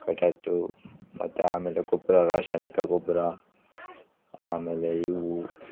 ಕಟಾಯ್ತು ಮತ್ತು ಆಮೇಲೆ ಗೊಬ್ಬರ ರಾಸಾಯ್ನಿಕ ಗೊಬ್ಬರ ಆಮೇಲೆ ಇವು